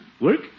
Work